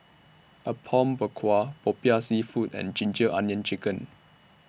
Apom Berkuah Popiah Seafood and Ginger Onions Chicken